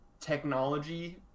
technology